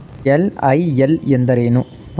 LIL ಎಂದರೇನು?